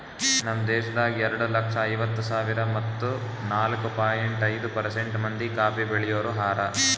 ನಮ್ ದೇಶದಾಗ್ ಎರಡು ಲಕ್ಷ ಐವತ್ತು ಸಾವಿರ ಮತ್ತ ನಾಲ್ಕು ಪಾಯಿಂಟ್ ಐದು ಪರ್ಸೆಂಟ್ ಮಂದಿ ಕಾಫಿ ಬೆಳಿಯೋರು ಹಾರ